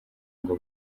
ngo